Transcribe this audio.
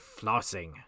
flossing